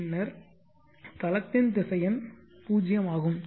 பின்னர் தளத்தின்திசையன் 0 ஆகும்